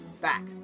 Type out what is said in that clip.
back